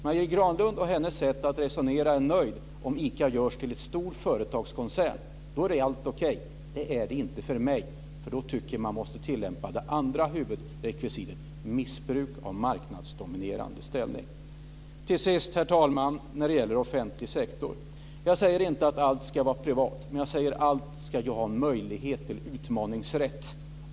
Marie Granlund är, med det sättet att resonera, nöjd om ICA görs till en stor företagskoncern. Då är allt okej. Det är det inte för mig. Då tycker jag att man måste tillämpa det andra huvudrekvisitet: missbruk av marknadsdominerande ställning. Till sist, herr talman, vill jag ta upp offentlig sektor. Jag säger inte att allt ska vara privat, men jag säger att allt ska gå att utmana.